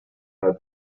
have